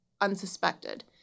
unsuspected